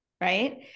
right